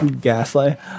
Gaslight